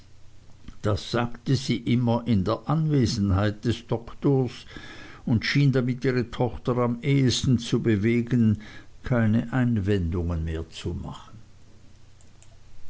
das sagte sie immer in der anwesenheit des doktors und schien damit ihre tochter am ehesten zu bewegen keine einwendungen mehr zu machen